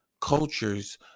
cultures